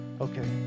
okay